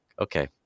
okay